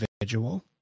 individual